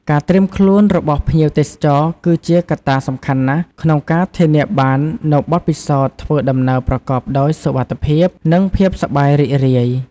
ការត្រៀមខ្លួនរបស់ភ្ញៀវទេសចរ គឺជាកត្តាសំខាន់ណាស់ក្នុងការធានាបាននូវបទពិសោធន៍ធ្វើដំណើរប្រកបដោយសុវត្ថិភាព និងភាពសប្បាយរីករាយ។